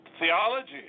theology